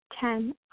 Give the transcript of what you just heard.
Ten